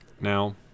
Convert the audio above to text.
Now